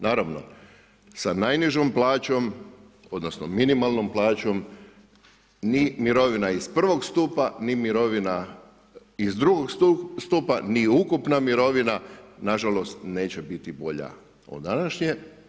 Naravno, sa najnižom plaćom, odnosno minimalnom plaćom, ni mirovina iz I. stupa, ni mirovina iz II. stupa, ni ukupna mirovina nažalost neće biti bolja od današnje.